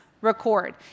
record